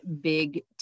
big